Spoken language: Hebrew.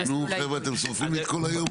נו, חבר'ה, אתם שורפים לי את כל היום.